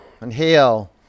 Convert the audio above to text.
inhale